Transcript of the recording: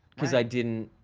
cause i didn't,